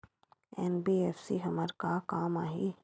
NBFC हमर का काम आही?